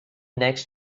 next